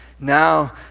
now